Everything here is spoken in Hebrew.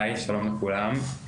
שלום לכולם.